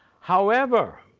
however,